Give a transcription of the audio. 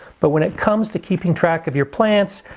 but when it comes to keeping track of your plants,